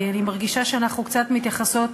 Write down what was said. כי אני מרגישה שאנחנו מתייחסות,